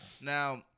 Now